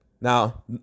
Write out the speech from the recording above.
Now